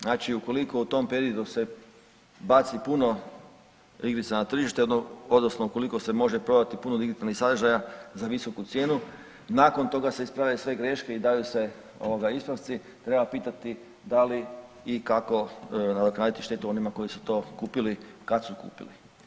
Znači ukoliko u tom periodu se baci puno igrica na tržite odnosno ukoliko se može prodati puno digitalnih sadržaja za visoku cijenu, nakon toga se isprave sve greške i daju se ovoga ispravci treba pitati da li i kako nadoknaditi štetu onima koji su to kupili kad su kupili.